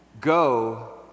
Go